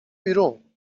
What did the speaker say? بیرون